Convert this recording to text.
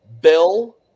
Bill